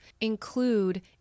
include